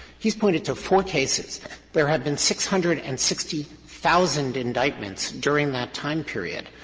he has pointed to four cases there have been six hundred and sixty thousand indictments during that time period.